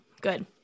Good